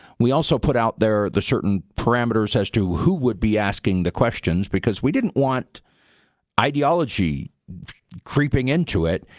we also put out there the certain parameters as to who would be asking the questions because we didn't want ideology creeping into it.